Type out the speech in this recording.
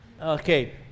Okay